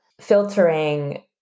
filtering